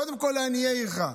קודם כול לעניי עירך.